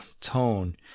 tone